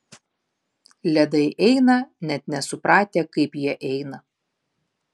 ledai eina net nesupratę kaip jie eina